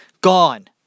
gone